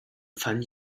fand